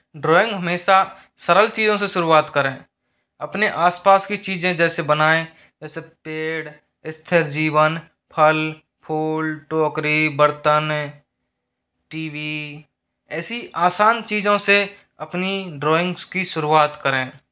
drawing हमेशा सरल चीज़ों से शुरुआत करें अपने आसपास की चीज़ें जैसे बनाएँ जैसे पेड़ स्थिर जीवन फल फूल टोकरी बर्तन टी वी ऐसी आसान चीज़ों से अपनी ड्राइंग्स की शुरुआत करें